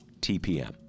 TPM